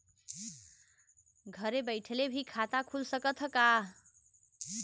घरे बइठले भी खाता खुल सकत ह का?